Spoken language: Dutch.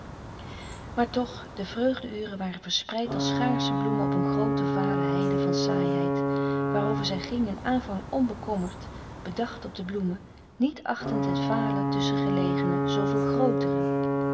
maar toch de vreugde uren waren verspreid als schaarsche bloemen op een groote vale heide van saaiheid waarover zij ging in aanvang onbekommerd bedacht op de bloemen niet achtend het vale tusschen gelegene zooveel grootere